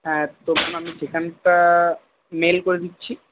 হ্যাঁ তো ঠিকানাটা মেইল করে দিচ্ছি